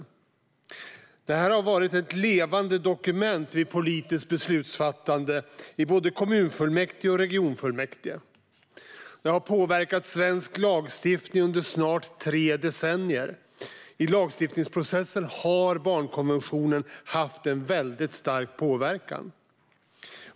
Barnkonventionen har varit ett levande dokument vid politiskt beslutsfattande i både kommunfullmäktige och regionfullmäktige. Den har påverkat svensk lagstiftning under snart tre decennier. I lagstiftningsprocessen har barnkonventionen haft en stark påverkan.